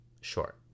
short